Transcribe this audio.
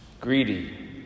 greedy